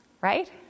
right